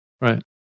Right